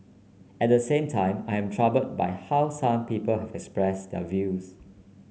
at the same time I am troubled by how some people have expressed their views